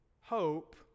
hope